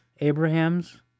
Abraham's